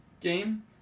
game